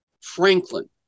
Franklin